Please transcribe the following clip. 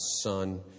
son